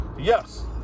Yes